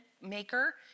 maker